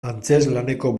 antzezlaneko